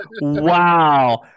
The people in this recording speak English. wow